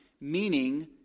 meaning